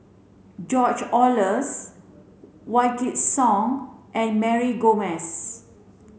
George Oehlers Wykidd Song and Mary Gomes